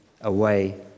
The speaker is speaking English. away